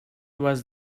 was